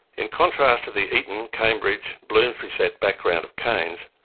in contrast to the eton-cambridge-bloomsbury-set background of keynes,